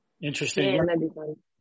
Interesting